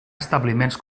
establiments